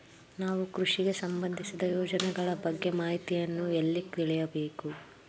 ನಾವು ಕೃಷಿಗೆ ಸಂಬಂದಿಸಿದ ಯೋಜನೆಗಳ ಬಗ್ಗೆ ಮಾಹಿತಿಯನ್ನು ಎಲ್ಲಿ ತಿಳಿಯಬೇಕು?